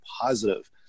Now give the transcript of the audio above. positive